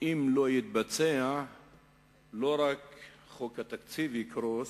שאם לא יתבצע לא רק חוק התקציב יקרוס,